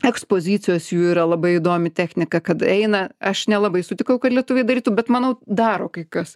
ekspozicijos jų yra labai įdomi technika kad eina aš nelabai sutikau kad lietuviai darytų bet manau daro kai kas